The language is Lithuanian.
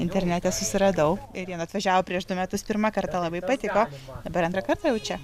internete susiradau ir jie atvažiavo prieš du metus pirmą kartą labai patiko dabar antrą kartą jau čia